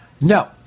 no